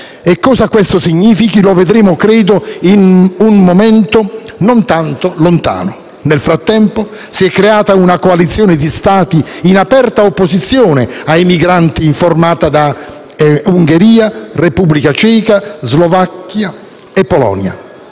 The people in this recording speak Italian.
Cosa questo significhi, credo che lo vedremo in un momento non tanto lontano. Nel frattempo, si è creata una coalizione di Stati in aperta opposizione ai migranti, formata da Ungheria, Repubblica Ceca, Slovacchia e Polonia.